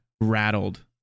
Rattled